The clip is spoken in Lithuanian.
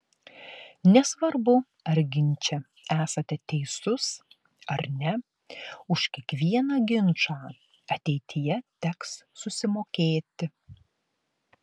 nesvarbu ar ginče esate teisus ar ne už kiekvieną ginčą ateityje teks susimokėti